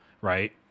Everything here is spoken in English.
Right